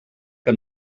que